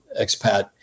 expat